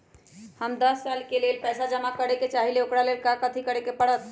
हम दस साल के लेल पैसा जमा करे के चाहईले, ओकरा ला कथि करे के परत?